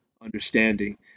understanding